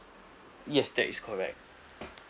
yes that is correct